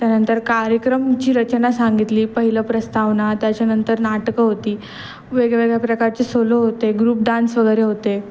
त्यानंतर कार्यक्रमाची रचना सांगितली पहिलं प्रस्तावना त्याच्यानंतर नाटकं होती वेगवेगळ्या प्रकारचे सोलो होते ग्रुप डान्स वगैरे होते